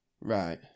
Right